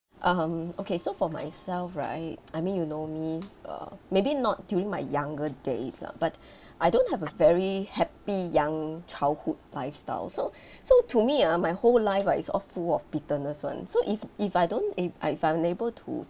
um okay so for myself right I mean you know me uh maybe not during my younger days lah but I don't have a very happy young childhood lifestyle so so to me ah my whole life ah is all full of bitterness [one] so if if I don't if I'm unable to